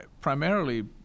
Primarily